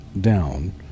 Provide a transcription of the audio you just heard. down